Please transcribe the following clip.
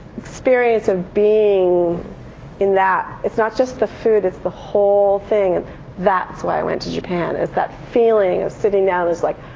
experience of being in that it's not just the food, it's the whole thing. and that's why i went to japan. it's that feeling of sitting down that's like